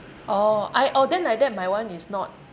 orh I orh then like that my one is not